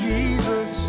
Jesus